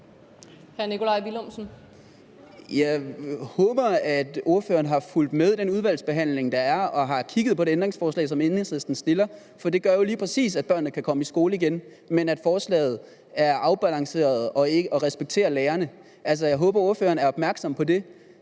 Jeg håber, ordføreren har fulgt med i den udvalgsbehandling, der er, og har kigget på de ændringsforslag, som Enhedslisten har stillet, for de gør jo lige præcis, at børnene kan komme i skole igen, og at forslaget er afbalanceret og respekterer lærerne. Altså, jeg håber, ordføreren er opmærksom på dem,